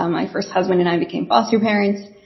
um my first husband and i became foster parents.